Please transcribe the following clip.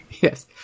Yes